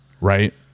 right